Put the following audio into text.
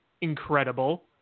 incredible